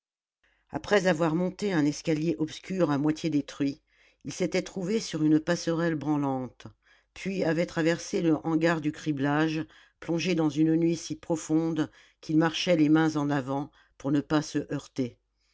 après avoir monté un escalier obscur à moitié détruit il s'était trouvé sur une passerelle branlante puis avait traversé le hangar du criblage plongé dans une nuit si profonde qu'il marchait les mains en avant pour ne pas se heurter